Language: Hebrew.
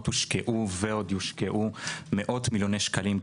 הושקעו ועוד יושקעו מאות מיליוני שקלים,